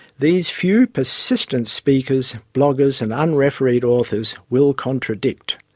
these few persistent speakers, bloggers and un-refereed authors will contradict.